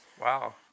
Wow